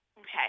Okay